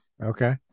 Okay